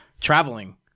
traveling